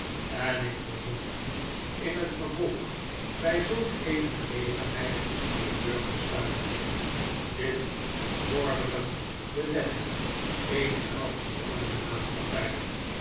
en ik verzoek u in het vervolg by zulk eene gelegenheid de deur te sluiten dit vorderen de wetten eenerwelgeordendemaatschappij